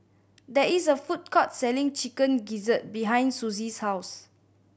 there is a food court selling Chicken Gizzard behind Susie's house